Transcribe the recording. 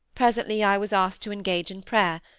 presently i was asked to engage in prayer,